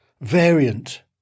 variant